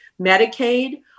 Medicaid